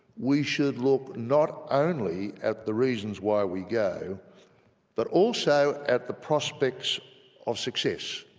we should look not only at the reasons why we go but also at the prospects of success,